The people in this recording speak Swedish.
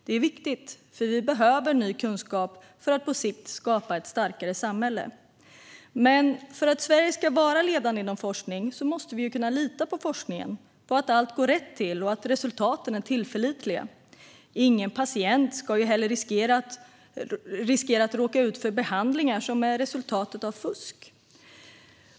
Det är viktigt, för vi behöver ny kunskap för att på sikt skapa ett starkare samhälle. Men för att Sverige ska vara ledande inom forskning måste vi kunna lita på forskningen, på att allt går rätt till och att resultaten är tillförlitliga. Ingen patient ska heller löpa risk att råka ut för behandlingar som är resultatet av fusk.